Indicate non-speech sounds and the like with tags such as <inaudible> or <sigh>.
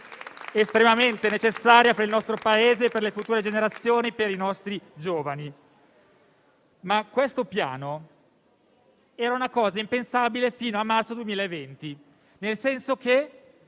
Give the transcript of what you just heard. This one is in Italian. estremamente necessaria per il nostro Paese, per le future generazioni e per i nostri giovani. <applause> Questo Piano, però, era una cosa impensabile fino a marzo 2020, nel senso che,